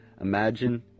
Imagine